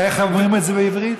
איך אומרים את זה בעברית?